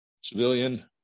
civilian